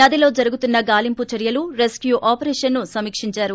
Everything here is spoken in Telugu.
నదిలో జరుగుతున్న గాలింపు చర్యలు రెస్క్యూ ఆపరేషన్ను సమీక్షించారు